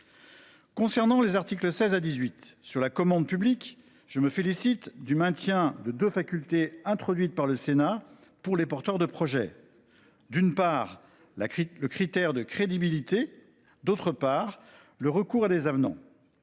concerne les articles 16 à 18, relatifs à la commande publique, je me félicite du maintien de deux facultés introduites par le Sénat pour les porteurs de projet : le critère de crédibilité des offres et le recours à des avenants.